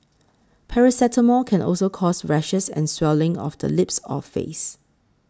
paracetamol can also cause rashes and swelling of the lips or face